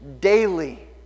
daily